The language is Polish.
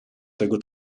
tego